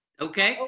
okay.